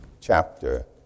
chapter